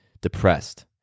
depressed